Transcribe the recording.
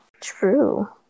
True